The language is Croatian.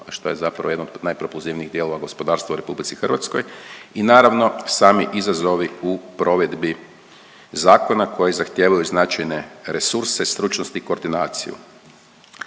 što je zapravo jedno od najpropulzivnijih dijelova gospodarstva u RH i naravno sami izazovi u provedbi zakona koji zahtjevu značajne resurse, stručnost i koordinaciju.